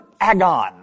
agon